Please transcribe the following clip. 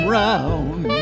round